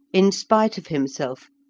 in spite of himself,